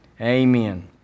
Amen